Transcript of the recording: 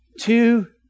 two